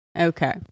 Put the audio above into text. Okay